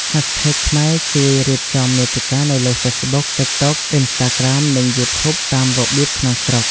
hashtags ខ្មែរជួយរៀបចំមាតិកានៅលើ Facebook, TikTok, Instagram និង YouTube តាមរបៀបក្នុងស្រុក។